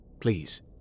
Please